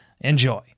Enjoy